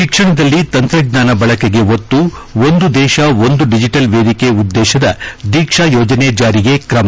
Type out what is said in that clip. ಶಿಕ್ಷಣದಲ್ಲಿ ತಂತ್ರಜ್ಞಾನ ಬಳಕೆಗೆ ಒತ್ತು ಒಂದು ದೇಶ ಒಂದು ಡಿಜಿಟಲ್ ವೇದಿಕೆ ಉದ್ದೇಶದ ದೀಕ್ಷಾ ಯೋಜನೆ ಜಾರಿಗ್ ಕ್ರಮ